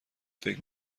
فکر